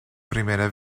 primera